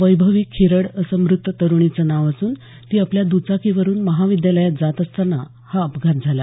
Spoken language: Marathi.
वैभवी खिरड असं मृत तरूणीचं नावं असून ती आपल्या दचाकीवरून महाविद्यालयात जात असतांना हा अपघात झाला